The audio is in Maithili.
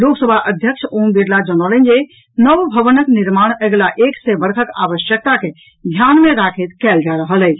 लोकसभा अध्यक्ष ओम बिड़ला जनौलनि जे नव भवनक निर्माण अगिला एक सय वर्षक आवश्यकता के ध्यान मे राखैत कयल जा रहल अछि